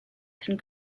can